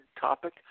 topic